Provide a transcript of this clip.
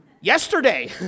yesterday